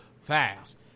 fast